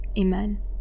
Amen